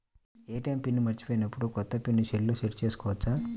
ATM pin మరచిపోయినప్పుడు, కొత్త pin సెల్లో సెట్ చేసుకోవచ్చా?